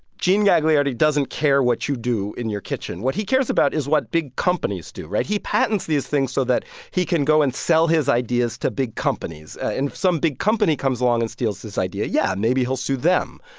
gene gagliardi doesn't care what you do in your kitchen. what he cares about is what big companies do right? he patents these things things so that he can go and sell his ideas to big companies. and if some big company comes along and steals his idea, yeah, maybe he'll sue them.